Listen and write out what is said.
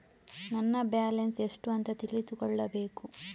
ನನ್ನ ಬ್ಯಾಲೆನ್ಸ್ ಎಷ್ಟು ಅಂತ ತಿಳಿದುಕೊಳ್ಳಬೇಕು?